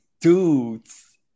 dudes